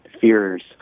fears